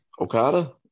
Okada